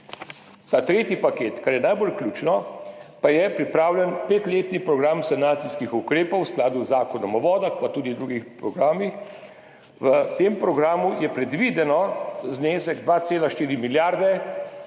Tretji paket, kar je najbolj ključno, pa je pripravljen petletni program sanacijskih ukrepov v skladu z Zakonom o vodah pa tudi drugimi programi. V tem programu je predviden znesek 2,4 milijarde